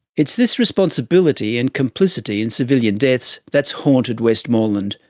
it's this responsibility and complicity in civilian deaths that's haunted westmoreland,